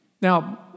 Now